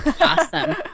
Awesome